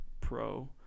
pro